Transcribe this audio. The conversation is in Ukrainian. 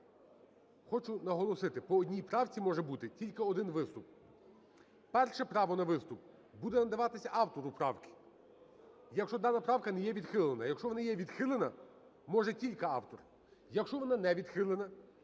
Хочу наголосити: по одній правці може бути тільки один виступ. Перше право на виступ буде надаватись автору правки, якщо дана правка не є відхилена. Якщо вона є відхилена, може тільки автор. Якщо вона не відхилена